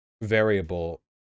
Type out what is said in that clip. variable